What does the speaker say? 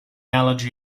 allergy